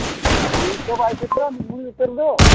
ᱱᱤᱛᱫᱚ ᱵᱟᱭ ᱥᱮᱴᱮᱨᱟ ᱱᱤᱛ ᱩᱛᱟᱹᱨ ᱫᱚ